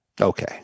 Okay